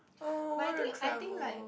but I think I think like